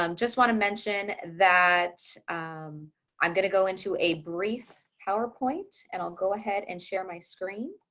um just want to mention that i'm going to go into a brief powerpoint and i'll go ahead and share my screen.